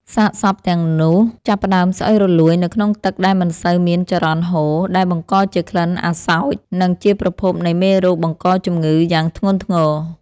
សាកសពសត្វទាំងនោះចាប់ផ្ដើមស្អុយរលួយនៅក្នុងទឹកដែលមិនសូវមានចរន្តហូរ ដែលបង្កជាក្លិនអាសោច និងជាប្រភពនៃមេរោគបង្កជំងឺយ៉ាងធ្ងន់ធ្ងរ។